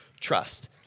trust